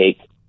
take